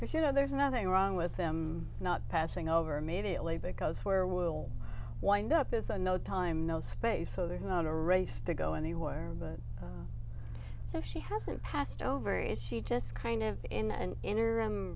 because you know there's nothing wrong with them not passing over immediately because where we'll wind up is a no time no space so they're not in a race to go anywhere so she hasn't passed over is she just kind of in an inner